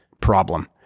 problem